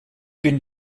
bin